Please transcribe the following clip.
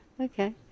Okay